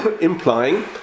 implying